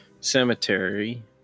cemetery